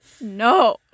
No